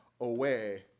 away